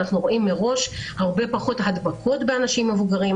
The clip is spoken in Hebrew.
ואנחנו רואים מראש הרבה פחות הדבקות באנשים מבוגרים,